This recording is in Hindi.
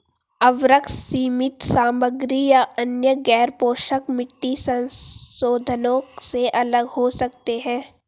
उर्वरक सीमित सामग्री या अन्य गैरपोषक मिट्टी संशोधनों से अलग हो सकते हैं